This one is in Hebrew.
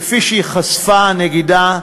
כפי שחשפה הנגידה,